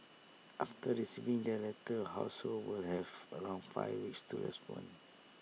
after receiving their letters households will have around five weeks to respond